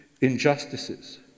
injustices